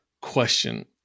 question